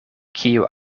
kio